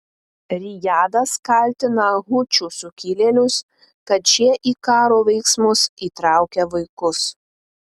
rijadas kaltina hučių sukilėlius kad šie į karo veiksmus įtraukia vaikus